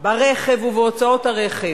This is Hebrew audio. ברכב ובהוצאות הרכב,